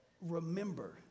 remember